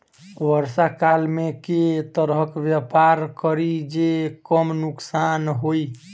वर्षा काल मे केँ तरहक व्यापार करि जे कम नुकसान होइ?